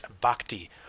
Bhakti